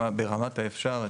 ברמת האפשר,